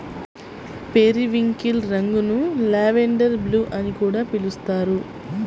periwinkle రంగును lavender blue అని కూడా పిలుస్తారు